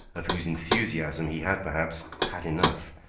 of whose enthusiasm he had perhaps had enough,